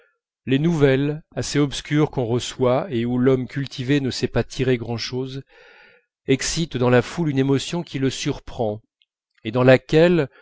les nouvelles assez obscures qu'on reçoit et d'où l'homme cultivé ne sait pas tirer grand'chose excitent dans la foule une émotion qui le surprend et dans laquelle